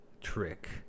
trick